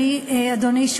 אדוני,